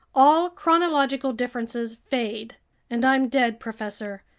all chronological differences fade and i'm dead, professor,